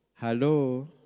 Hello